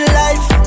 life